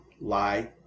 lie